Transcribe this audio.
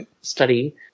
study